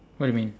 what you mean